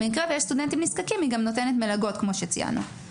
ובמקרה ויש סטודנטים נזקקים היא גם נותנת מלגות כמו שציינו.